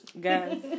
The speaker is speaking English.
guys